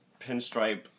pinstripe